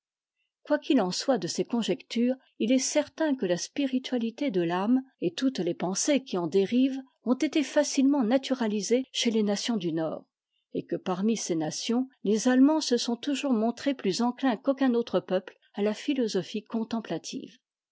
quoi qu'il en soit de ces conjectures i est certain que la spiritualité de l'âme et toutes les pensées qui en dérivent ont été facilement naturalisées chez les nations du nord et que parmi ces nations les allemands se sont toujours montrés plus enclins qu'aucun autre peuple à la philosophie